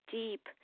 deep